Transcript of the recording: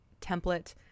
template